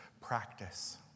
practice